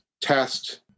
test